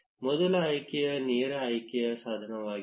ಮೊದಲ ಆಯ್ಕೆಯು ನೇರ ಆಯ್ಕೆಯ ಸಾಧನವಾಗಿದೆ